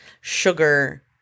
sugar